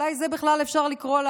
אולי אפשר לקרוא לה,